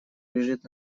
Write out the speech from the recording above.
лежит